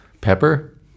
pepper